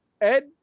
Ed